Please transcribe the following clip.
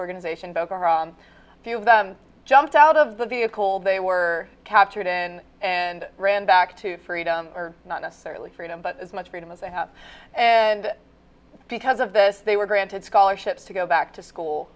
organization bokhara a few of them jumped out of the vehicle they were captured in and ran back to freedom or not necessarily freedom but as much freedom as they have and because of this they were granted scholarships to go back to school